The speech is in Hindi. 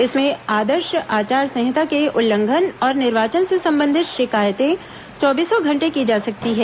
इसमें आदर्श आचार संहिता के उल्लंघन और निर्वाचन से संबंधित शिकायतें चौबीसों घंटे की जा सकती हैं